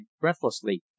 breathlessly